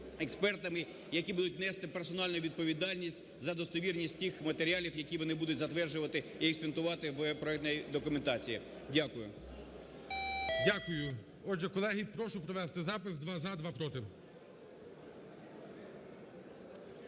експертами, які будуть нести персональну відповідальність за достовірність тих матеріалів, які вони будуть затверджувати і інспектувати в проектній документації. Дякую. ГОЛОВУЮЧИЙ. Дякую. Отже, колеги, прошу провести запис: два – за, два – проти.